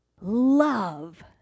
love